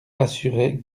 assurait